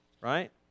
right